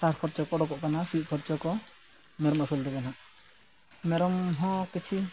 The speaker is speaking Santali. ᱥᱟᱨ ᱠᱷᱚᱨᱪᱟ ᱠᱚ ᱚᱸᱰᱚᱠᱚᱜ ᱠᱟᱱᱟ ᱥᱤ ᱠᱷᱚᱨᱪᱟ ᱠᱚ ᱢᱮᱨᱚᱢ ᱟᱹᱥᱩᱞ ᱛᱮᱠᱮ ᱱᱟᱦᱟᱸᱜ ᱢᱮᱨᱚᱢ ᱦᱚᱸ ᱠᱤᱪᱷᱩ